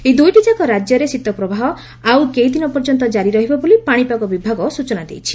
ଏହି ଦୁଇଟିଯାକ ରାଜ୍ୟରେ ଶୀତ ପ୍ରବାହ ଆଉ କେଇଦିନ ପର୍ଯ୍ୟନ୍ତ ଜାରି ରହିବ ବୋଲି ପାଣିପାଗ ବିଭାଗ ସ୍ଚନା ଦେଇଛି